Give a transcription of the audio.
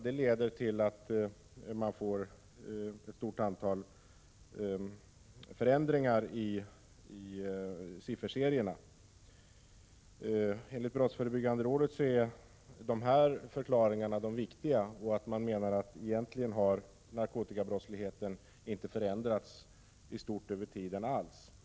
Det leder till ett stort antal förändringar i sifferserierna. Enligt brottsförebyggande rådet är de här förklaringarna de viktiga, och man menar att narkotikabrottsligheten i stort egentligen inte har förändrats alls under denna tid.